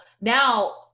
now